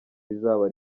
rizaba